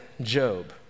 Job